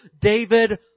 David